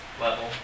level